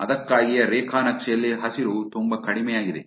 ಅದಕ್ಕಾಗಿಯೇ ರೇಖಾ ನಕ್ಷೆಯಲ್ಲಿ ಹಸಿರು ತುಂಬಾ ಕಡಿಮೆಯಾಗಿದೆ